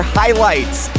highlights